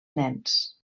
nens